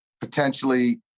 potentially